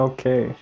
Okay